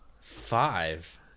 Five